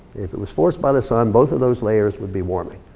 if it was forced by the sun, both of those layers would be warming.